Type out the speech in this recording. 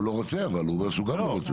הוא לא רוצה, הוא אומר שהוא גם לא רוצה.